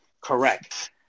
correct